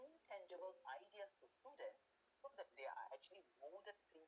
intangible ideas to students so that they're actually molded since